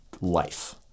life